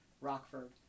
Rockford